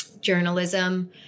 journalism